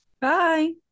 Bye